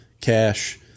cash